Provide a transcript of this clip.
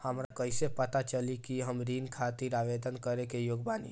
हमरा कईसे पता चली कि हम ऋण खातिर आवेदन करे के योग्य बानी?